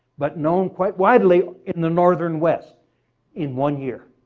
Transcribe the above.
but known quite widely in the northern west in one year.